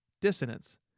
dissonance